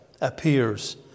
appears